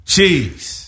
Cheese